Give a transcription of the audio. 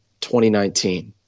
2019